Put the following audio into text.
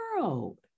world